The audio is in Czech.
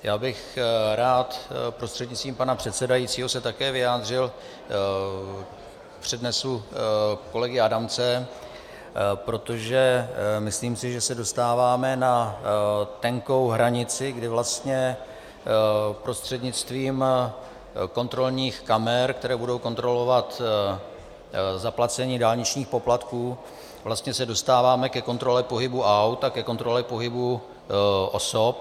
Já bych se rád prostřednictvím pana předsedajícího také vyjádřil k přednesu kolegy Adamce, protože si myslím, že se dostáváme na tenkou hranici, kdy vlastně prostřednictvím kontrolních kamer, které budou kontrolovat zaplacení dálničních poplatků, se vlastně dostáváme ke kontrole pohybu aut a ke kontrole pohybu osob.